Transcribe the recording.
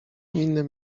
innym